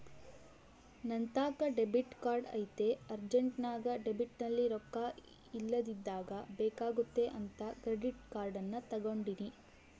ನಂತಾಕ debit card ಐತೆ ಅರ್ಜೆಂಟ್ನಾಗ ಡೆಬಿಟ್ನಲ್ಲಿ ರೊಕ್ಕ ಇಲ್ಲದಿದ್ದಾಗ ಬೇಕಾಗುತ್ತೆ ಅಂತ ಕ್ರೆಡಿಟ್ ಕಾರ್ಡನ್ನ ತಗಂಡಿನಿ